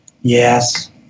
Yes